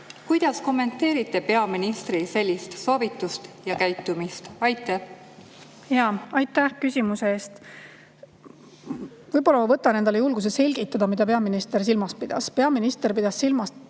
Kuidas te kommenteerite peaministri sellist soovitust ja käitumist? Aitäh küsimuse eest! Võib-olla ma võtan endale julguse selgitada, mida peaminister silmas pidas. Peaminister pidas silmas